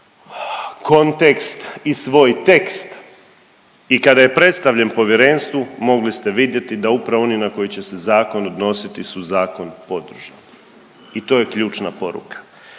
kontekst i svoj tekst i kada je predstavljen povjerenstvu mogli ste vidjeti da upravo oni na koje će se zakon odnositi su zakon podržali i to je ključna poruka.